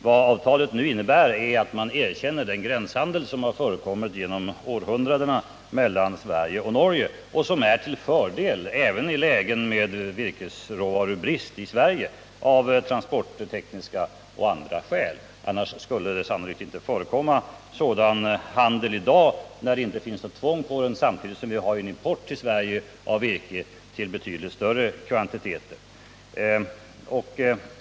Vad avtalet nu innebär är att man erkänner den gränshandel som har förekommit genom århundradena mellan Sverige och Norge och som av transporttekniska och andra skäl är till fördel också för Sverige, även i lägen med virkesbrist. Annars skulle det sannolikt inte förekomma sådan handel i dag samtidigt som vi har import till Sverige av virke i betydligt större kvantiteter än dem som motsvaras av den svensk-norska gränshandeln.